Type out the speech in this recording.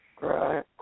Right